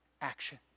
action